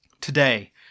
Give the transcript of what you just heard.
Today